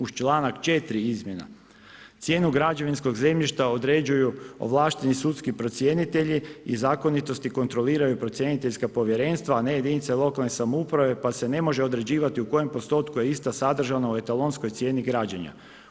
Uz čl. 4. izmjena cijenu građevinskog zemljišta određuju ovlašteni sudski procjenitelji i zakonitosti kontroliraju procjeniteljska povjerenstva a ne jedinice lokalne samouprave, pa se ne može određivati u kojem postotku je ista sadržana u etalonskoj cijeni građenja.